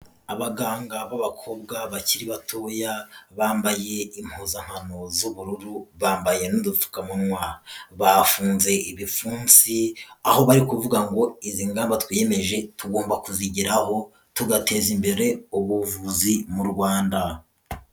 Abaganga ba bakobwa bakiri batoya, bambaye impuzankano z'ubururu bambaye n'udupfukamunwa, bafunze ibipfunsi aho bari kuvuga ngo izi ngamba twiyemeje tugomba kuzigeraho, tugateza imbere ubuvuzi mu Rwanda.